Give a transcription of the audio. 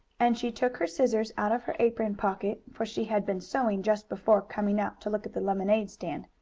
and she took her scissors out of her apron pocket, for she had been sewing just before coming out to look at the lemonade stand.